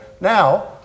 Now